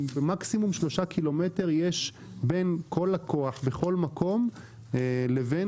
מקסימום 3 קילומטרים בין כל לקוח בכל מקום לבין